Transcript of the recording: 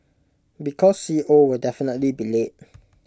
because C O will definitely be late